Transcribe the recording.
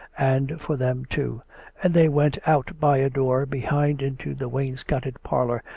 and for them, too and they went out by a door behind into the wainscoted parlour,